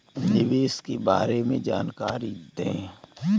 निवेश के बारे में जानकारी दें?